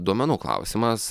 duomenų klausimas